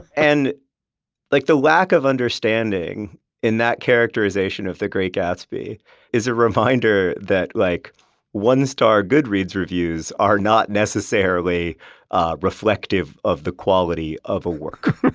and like the lack of understanding in that characterization of the great gatsby is a reminder that like one-star goodreads reviews are not necessarily ah reflective of the quality of a work